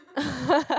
(pp)